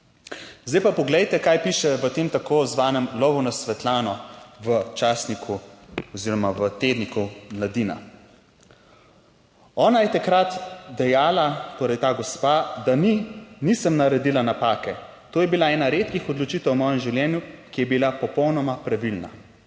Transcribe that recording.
Zdaj pa poglejte kaj piše v tem tako imenovanem Lovu na Svetlano v časniku oziroma v tedniku Mladina. Ona je takrat dejala, torej ta gospa, da ni, "nisem naredila napake, to je bila ena redkih odločitev v mojem življenju, ki je bila popolnoma pravilna."